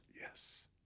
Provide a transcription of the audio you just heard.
Yes